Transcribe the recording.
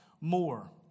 more